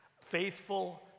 faithful